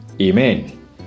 Amen